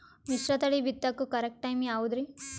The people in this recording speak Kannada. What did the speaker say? ಮಿಶ್ರತಳಿ ಬಿತ್ತಕು ಕರೆಕ್ಟ್ ಟೈಮ್ ಯಾವುದರಿ?